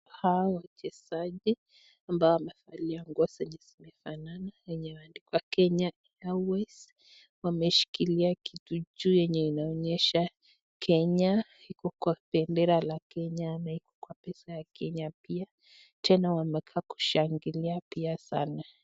Hawa wachezaji ambao wamevalia nguo zenye zimefanana yenye imeandikiwa kenya airways wameshikilia kitu juu yenye inaonyesha kenya iko kwa bendera la kenya ama iko kwa pesa ya kenya pia tena wamekaa kushangilia pia sana.